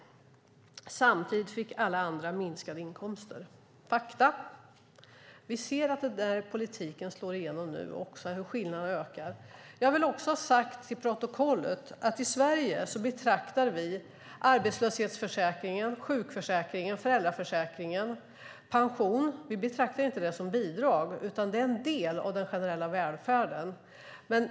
Samtidigt fick alla andra minskade inkomster. Det är fakta. Vi ser att den politiken slår igenom nu också och hur skillnaderna ökar. Jag vill också ha sagt till protokollet att i Sverige betraktar vi inte arbetslöshetsförsäkringen, sjukförsäkringen, föräldraförsäkringen och pensionen som bidrag. Det är en del av den generella välfärden.